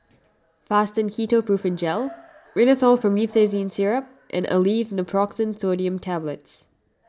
Fastum Ketoprofen Gel Rhinathiol Promethazine Syrup and Aleve Naproxen Sodium Tablets